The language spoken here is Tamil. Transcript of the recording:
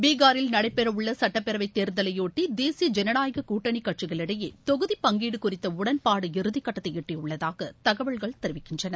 பீகாரில் நடைபெற உள்ள சட்டப்பேரவை தேர்தலையொட்டி தேசிய ஜனநாயக கூட்டணி கட்சிகளிடையே தொகுதி பங்கீடு குறித்த உடன்பாடு இறுதிகட்டத்தை எட்டியுள்ளதாக தகவல்கள் தெரிவிக்கின்றன